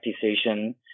decision